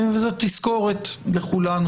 וזאת תזכורת לכולנו,